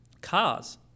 Cars